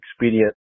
expedient